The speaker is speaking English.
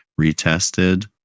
retested